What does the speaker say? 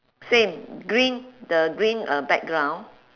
same green the green uh background